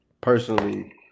personally